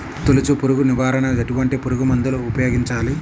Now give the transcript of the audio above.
తొలుచు పురుగు నివారణకు ఎటువంటి పురుగుమందులు ఉపయోగించాలి?